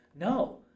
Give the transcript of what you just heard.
no